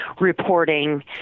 reporting